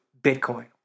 Bitcoin